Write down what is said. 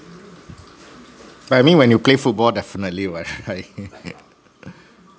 but I mean when you play football definitely right